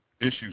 issues